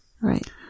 Right